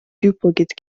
duplicate